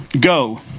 go